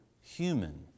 human